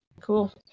Cool